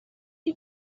chi